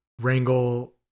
wrangle